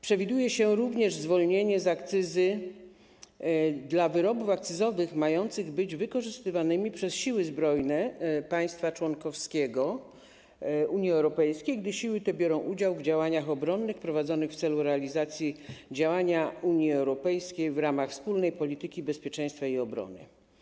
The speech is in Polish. Przewiduje się również zwolnienie z akcyzy wyrobów akcyzowych, które mają być wykorzystywane przez siły zbrojne państwa członkowskiego Unii Europejskiej, gdy siły te biorą udział w działaniach obronnych prowadzonych w celu realizacji zadań Unii Europejskiej w ramach wspólnej polityki bezpieczeństwa i obrony.